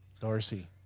Darcy